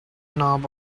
knob